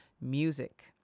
music